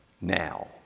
Now